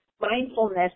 mindfulness